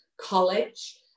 college